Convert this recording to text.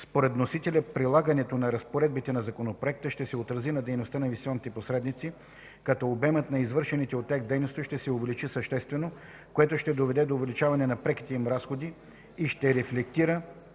Според вносителя прилагането на разпоредбите на Законопроекта ще се отрази на дейността на инвестиционните посредници, като обемът на извършваните от тях дейности ще се увеличи съществено, което ще доведе до увеличаване на преките им разходите и ще рефлектира